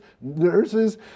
nurses